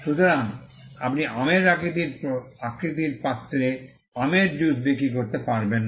সুতরাং আপনি আমের আকৃতির পাত্রে আমের জুস বিক্রি করতে পারবেন না